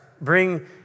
bring